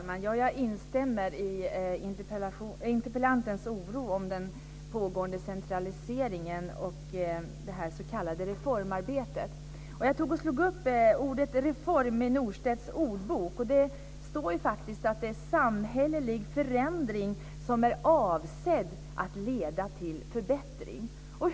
Fru talman! Jag instämmer i interpellantens oro över den pågående centraliseringen och det s.k. reformarbetet. Jag slog upp ordet "reform" i Norstedts ordbok, och det står faktiskt att det är en " förändring som är avsedd att leda till förbättring".